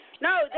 No